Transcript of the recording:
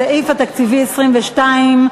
הסעיף התקציבי 22,